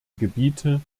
gebiete